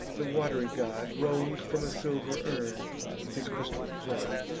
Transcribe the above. the wat'ry god, roll'd from a silver urn his crystal flood.